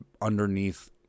underneath